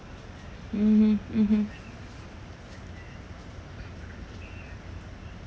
mmhmm mmhmm